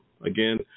Again